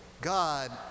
God